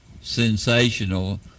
sensational